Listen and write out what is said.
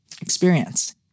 experience